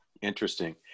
Interesting